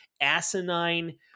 asinine